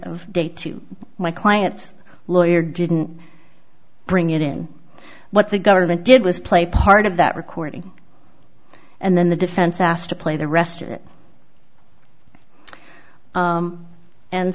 of day to my client's lawyer didn't bring it in what the government did was play part of that recording and then the defense asked to play the rest of it